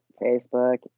Facebook